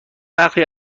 برخی